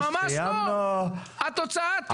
התוצאה תהיה,